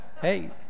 hey